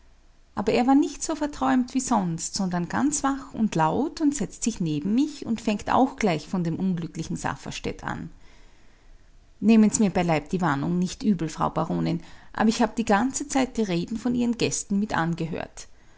aber er war nicht so verträumt wie sonst sondern ganz wach und laut und setzt sich neben mich und fängt auch gleich von dem unglücklichen safferstätt an nehmen's mir beileib die warnung nicht übel frau baronin aber ich hab die ganze zeit die reden von ihren gästen mit angehört